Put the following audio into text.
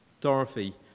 Dorothy